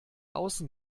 außen